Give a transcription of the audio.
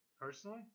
Personally